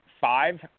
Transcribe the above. five